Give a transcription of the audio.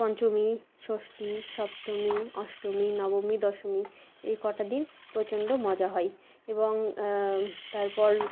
পঞ্চমী ষষ্টী সপ্তমী অষ্টমী নবমী দশমী এইকটা দিন প্রচণ্ড মজা হয় এবং তারপর